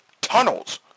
tunnels